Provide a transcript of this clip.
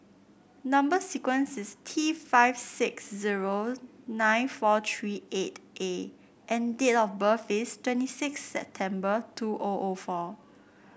number sequence is T five six zero nine four three eight A and date of birth is twenty six September two O O four